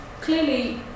Clearly